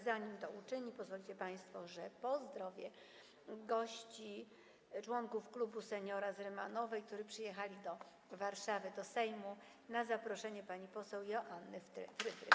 Zanim to uczyni, pozwolicie państwo, że pozdrowię gości, członków klubu seniora z Rymanowej, którzy przyjechali do Warszawy do Sejmu na zaproszenie pani poseł Joanny Frydrych.